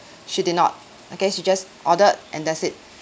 she did not okay she just ordered and that's it